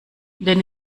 denn